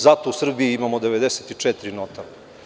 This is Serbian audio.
Zato u Srbiji imamo 94 notara.